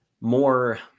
more